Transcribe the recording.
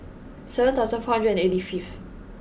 seven thousand four hundred and eighty fifth